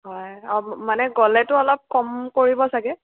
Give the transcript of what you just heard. হয় মানে গ'লেতো অলপ কম কৰিব চাগে